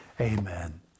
Amen